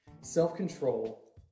self-control